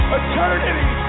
eternity